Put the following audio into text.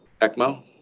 ECMO